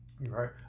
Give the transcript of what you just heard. Right